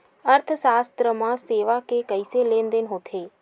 अर्थशास्त्र मा सेवा के कइसे लेनदेन होथे?